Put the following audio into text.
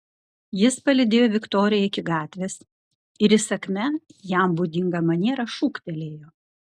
jis palydėjo viktoriją iki gatvės ir įsakmia jam būdinga maniera šūktelėjo